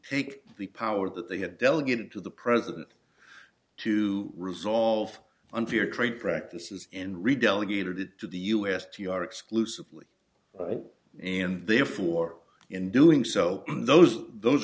take the power that they had delegated to the president to resolve unfair trade practices in ri delegated to the u s t r exclusively and therefore in doing so those those